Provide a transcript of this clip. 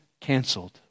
canceled